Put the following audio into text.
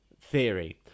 theory